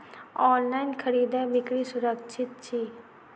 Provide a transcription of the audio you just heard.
online खरीदै बिक्री सुरक्षित छी